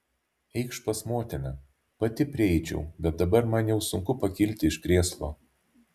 eikš pas motiną pati prieičiau bet dabar man jau sunku pakilti iš krėslo